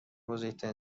بزرگترین